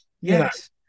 yes